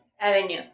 Avenue